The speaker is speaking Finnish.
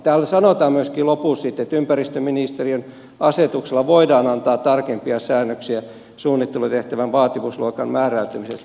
täällä sanotaan myöskin lopussa sitten että ympäristöministeriön asetuksella voidaan antaa tarkempia säännöksiä suunnittelutehtävän vaativuusluokan määräytymisestä